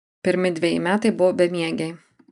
pirmi dveji metai buvo bemiegiai